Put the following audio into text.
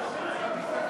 רק מזל יש לכם.